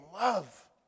love